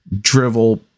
drivel